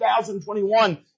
2021